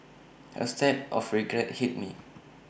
A stab of regret hit me